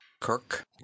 Kirk